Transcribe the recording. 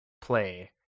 play